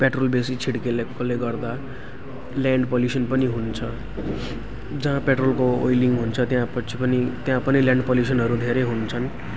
petrol बेसी छिड्केकोले गर्दा ल्यान्ड पोलुसन पनि हुन्छ जहाँ पेट्रोलको ओइलिङ हुन्छ त्यहाँ पछि पनि त्यहाँ पनि ल्यान्ड पोलुसनहरू धेरै हुन्छन्